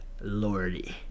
lordy